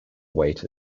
weight